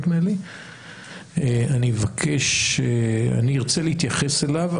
אני ארצה להתייחס אליו,